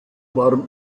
waren